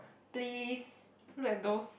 please look at those